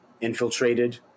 infiltrated